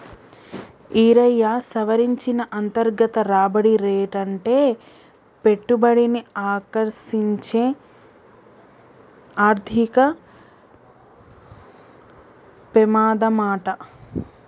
ఈరయ్యా, సవరించిన అంతర్గత రాబడి రేటంటే పెట్టుబడిని ఆకర్సించే ఆర్థిక పెమాదమాట